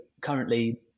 currently